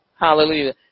Hallelujah